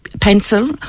pencil